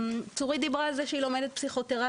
צורית דיברה על זה שהיא לומדת פסיכותרפיה.